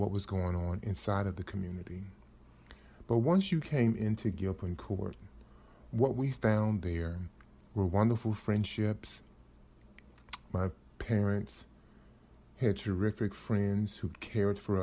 what was going on inside of the community but once you came in to get up in court what we found there were wonderful friendships my parents had terrific friends who cared for